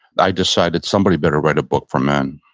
i decided somebody better write a book for men.